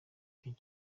kongo